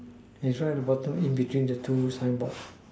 that why the bottom in between the two sign board